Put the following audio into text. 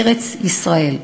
ארץ-ישראל.